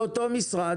זה אותו משרד,